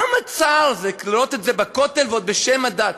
כמה צער זה לראות את זה בכותל, ועוד בשם הדת.